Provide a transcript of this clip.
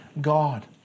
God